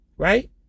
Right